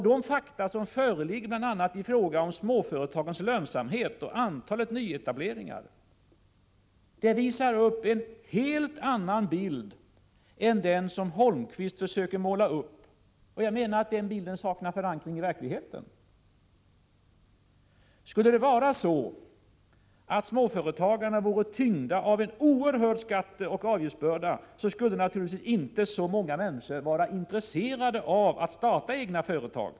De fakta som föreligger om bl.a. småföretagens lönsamhet och antalet nyetableringar visar en helt annan bild än den som Erik Holmkvist försöker ge. Jag menar att hans bild saknar förankring i verkligheten. Skulle det vara så, att småföretagarna vore tyngda av en oerhörd skatteoch avgiftsbörda skulle naturligtvis inte så många människor vara intresserade av att starta egna företag.